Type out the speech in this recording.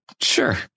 sure